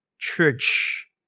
Church